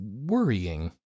worrying